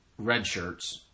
redshirts